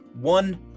one